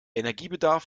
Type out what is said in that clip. energiebedarf